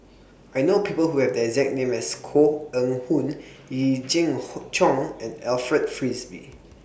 I know People Who Have The exact name as Koh Eng Hoon Yee Jenn Jong and Alfred Frisby